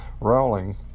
Rowling